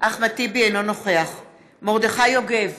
אינו נוכח מרדכי יוגב,